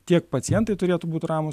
tiek pacientai turėtų būt ramūs